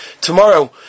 tomorrow